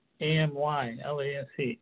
A-M-Y-L-A-S-E